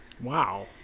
wow